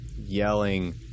yelling